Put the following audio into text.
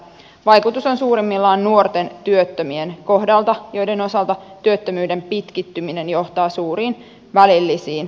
vaikutus on suurimmillaan nuorten työttömien kohdalla joiden osalta työttömyyden pitkittyminen johtaa suuriin välillisiin kustannuksiin